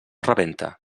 rebenta